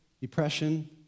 depression